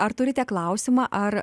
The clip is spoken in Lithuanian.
ar turite klausimą ar